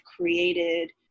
created